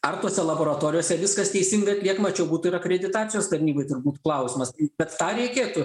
ar tose laboratorijose viskas teisingai atliekama čia jau būtų ir akreditacijos tarnybai turbūt klausimas bet tą reikėtų